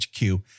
HQ